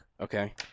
Okay